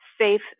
safe